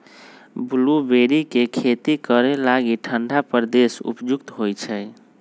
blueberry के खेती करे लागी ठण्डा प्रदेश उपयुक्त होइ छै